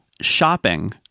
shopping